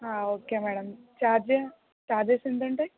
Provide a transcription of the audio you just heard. okay madam charge charges ఎంతుంటాయి